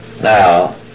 Now